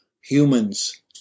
humans